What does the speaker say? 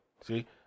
See